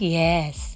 yes